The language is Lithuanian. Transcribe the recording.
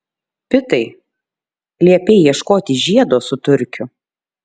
pitai liepei ieškoti žiedo su turkiu